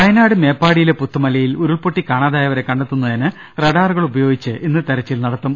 വയനാട് മേപ്പാടിയിലെ പുത്തുമലയിൽ ഉരുൾപൊട്ടി കാണാതായവരെ കണ്ടെത്തുന്നതിന് റഡാറുകൾ ഉപയോഗിച്ച് ഇന്ന് തെരച്ചിൽ നടത്തും